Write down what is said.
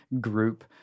group